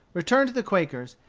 returned to the quaker's,